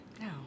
no